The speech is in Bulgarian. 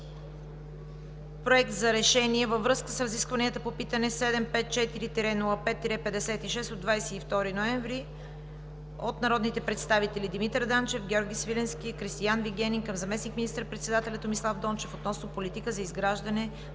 „Проект! РЕШЕНИЕ Във връзка с разискванията по питане № 754-05-56 от 22 ноември 2017 г. от народните представители Димитър Данчев, Георги Свиленски и Кристиан Вигенин към заместник министър-председателя Томислав Дончев относно политика за изграждане